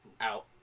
out